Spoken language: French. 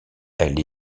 elle